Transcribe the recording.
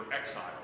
exiled